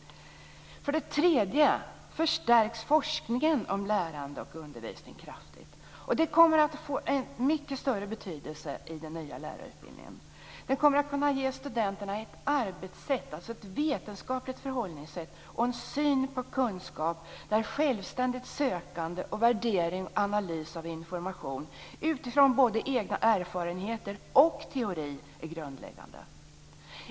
För det tredje: Forskningen om lärande och undervisning förstärks kraftigt, och det kommer att få en mycket större betydelse i den nya lärarutbildningen. Det kommer att kunna ge studenterna ett arbetssätt, alltså ett vetenskapligt förhållningssätt, och en syn på kunskap där självständigt sökande, värdering och analys av information utifrån både egna erfarenheter och teori är grundläggande.